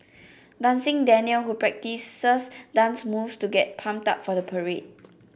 dancing Daniel who practices dance moves to get pumped up for the parade